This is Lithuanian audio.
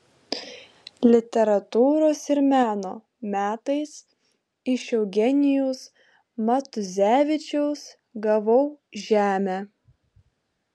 literatūros ir meno metais iš eugenijaus matuzevičiaus gavau žemę